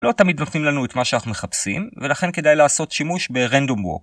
לא תמיד נותנים לנו את מה שאנחנו מחפשים, ולכן כדאי לעשות שימוש ברנדום וורק.